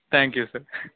thank you sir